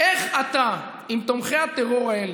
איך אתה עם תומכי הטרור האלה,